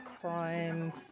crime